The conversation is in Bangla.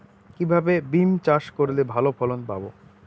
কিভাবে বিম চাষ করলে ভালো ফলন পাব?